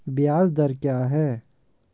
ब्याज दर क्या है?